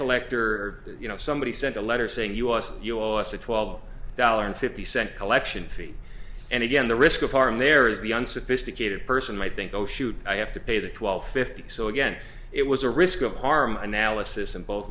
collector you know somebody sent a letter saying you us you owe us a twelve dollars fifty cent collection feat and again the risk of harm there is the unsophisticated person might think oh shoot i have to pay the twelve fifty so again it was a risk of harm analysis and both